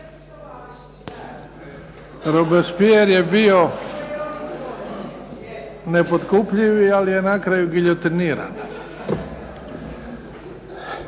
Robespierre bio nepotkupljivi ali je na kraju giljotiniran.